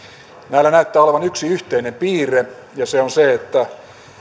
näillä näyttää olevan yksi yhteinen piirre ja se on se että